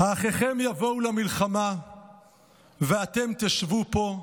"האחיכם יבֹאו למלחמה ואתם תשבו פה?"